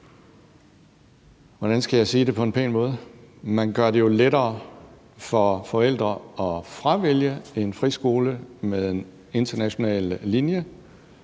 hvordan skal jeg sige det på en pæn måde – lettere for forældre at fravælge en friskole med en international linje